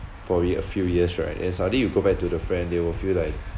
probably a few years right then suddenly you go back to the friend they will feel like